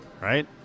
Right